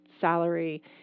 salary